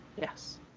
Yes